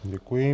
Děkuji.